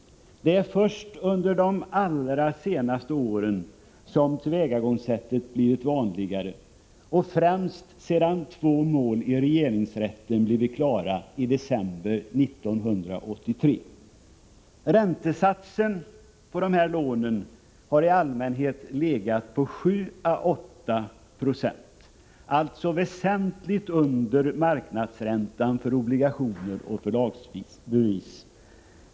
Det är först under de allra senaste åren som tillvägagångssättet blivit vanligare och främst sedan två mål i regeringsrätten blivit klara i december 1983. Räntesatsen för de här lånen har i allmänhet legat på 7 å 896, alltså väsentligt under marknadsräntan för obligationer och förlagsbevis.